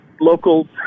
local